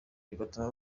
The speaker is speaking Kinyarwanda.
bigatuma